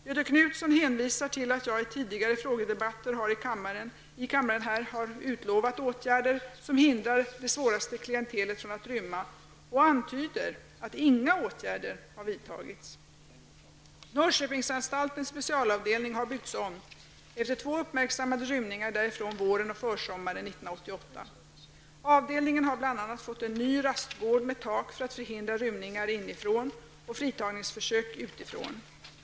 Göthe Knutson hänvisar till att jag i tidigare frågedebatter här i kammaren har utlovat åtgärder som hindrar det svåraste klientelet från att rymma och antyder att inga åtgärder har vidtagits. Norrköpingsanstaltens specialavdelning har byggts om efter två uppmärksammade rymningar därifrån våren och försommaren 1988. Avdelningen har bl.a. fått en ny rastgård med tak för att förhindra rymningar inifrån och fritagningsförsök utifrån.